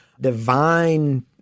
divine